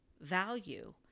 value